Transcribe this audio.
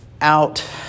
out